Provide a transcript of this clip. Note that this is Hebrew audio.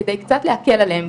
כדי קצת להקל עליהם,